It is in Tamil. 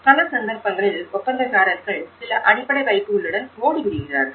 பல சந்தர்ப்பங்களில் ஒப்பந்தக்காரர்கள் சில அடிப்படை வைப்புகளுடன் ஓடிவிடுகிறார்கள்